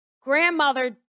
grandmother